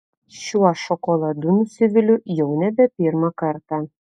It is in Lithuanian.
šiuo šokoladu nusiviliu jau nebe pirmą kartą